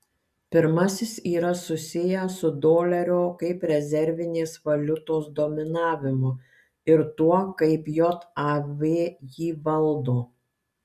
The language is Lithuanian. pirmasis yra susijęs su dolerio kaip rezervinės valiutos dominavimu ir tuo kaip jav jį valdo